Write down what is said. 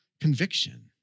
conviction